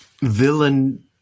villain